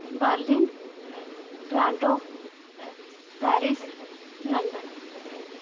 Berlin Toronto Paris London